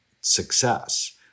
success